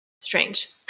strange